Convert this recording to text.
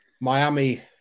Miami